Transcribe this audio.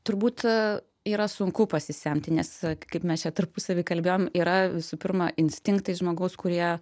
turbūt yra sunku pasisemti nes kaip mes čia tarpusavy kalbėjom yra visų pirma instinktai žmogaus kurie